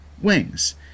Wings